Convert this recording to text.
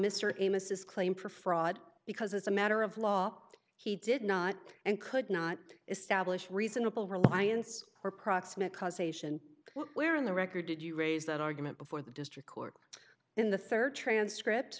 mr amos is claimed for fraud because as a matter of law he did not and could not establish reasonable reliance or proximate cause ation where in the record did you raise that argument before the district court in the third transcript